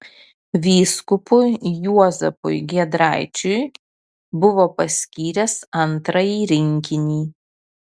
vyskupui juozapui giedraičiui buvo paskyręs antrąjį rinkinį